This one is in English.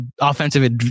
offensive